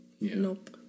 Nope